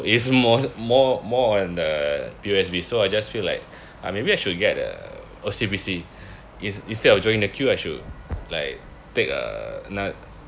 it's more more more on the P_O_S_B so I just feel like ah maybe I should get a O_C_B_C in~ instead of joining the queue I should like take ano~